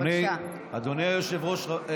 בבקשה, שלוש דקות.